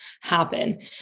happen